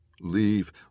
Leave